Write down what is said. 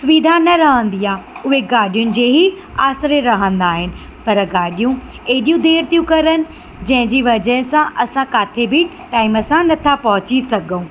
सुविधा न रहंदी आहे उहे गाॾियुनि जे हीउ आसरे रहंदा आहिनि पर गाॾियूं एडियूं देरि थियूं करनि जंहिंजी वजह सां असां किथे बि टाइम सां नथा पहुची सघऊं